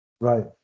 Right